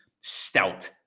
Stout